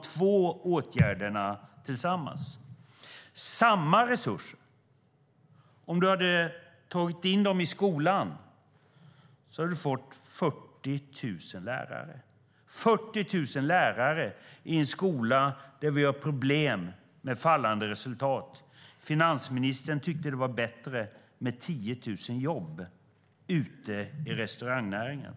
Om samma resurser hade tagits in i skolan hade vi fått 40 000 lärare - 40 000 lärare i en skola där vi har problem med fallande resultat. Finansministern tyckte att det var bättre med 10 000 jobb ute i restaurangnäringen.